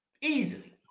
Easily